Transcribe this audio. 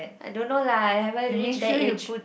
I don't know lah I haven't reach that age